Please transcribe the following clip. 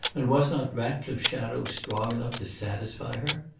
and was not ratcliffe's shadow strong enough to satisfy her?